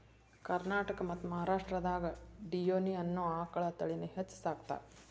ಕರ್ನಾಟಕ ಮತ್ತ್ ಮಹಾರಾಷ್ಟ್ರದಾಗ ಡಿಯೋನಿ ಅನ್ನೋ ಆಕಳ ತಳಿನ ಹೆಚ್ಚ್ ಸಾಕತಾರ